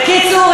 בקיצור,